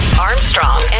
Armstrong